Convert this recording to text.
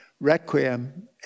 requiem